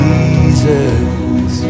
Jesus